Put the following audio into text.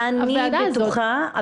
אני בטוחה.